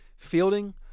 fielding